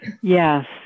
Yes